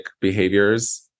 behaviors